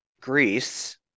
Greece